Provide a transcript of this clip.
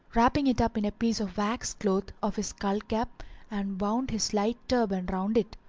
wrapping it up in a piece of waxed cloth of his skull-cap and wound his light turband round it.